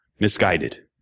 Misguided